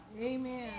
Amen